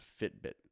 Fitbit